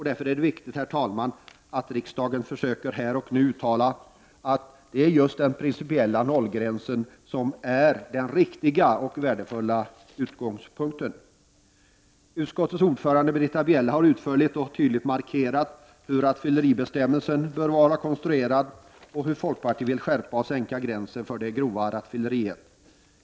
Därför är det viktigt, herr talman, att riksdagen försöker att här och nu uttala sig för att den principiella nollgränsen är den riktiga och värdefulla utgångspunkten. Utskottets ordförande Britta Bjelle har utförligt och tydligt markerat hur rattfylleribestämmelsen bör vara konstruerad och hur folkpartiet vill skärpa reglerna genom att sänka gränsen för det grova rattfylleriet.